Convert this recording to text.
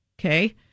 Okay